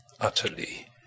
utterly